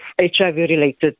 HIV-related